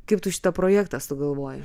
kaip tu šitą projektą sugalvojai